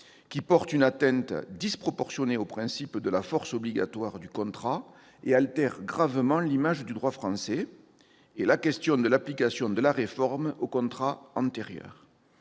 qui porte une atteinte disproportionnée au principe de la force obligatoire du contrat et altère gravement l'image du droit français ; la question de l'application de la réforme aux contrats antérieurs.